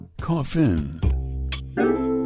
Coffin